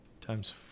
times